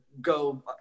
go